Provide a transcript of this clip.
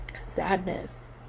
sadness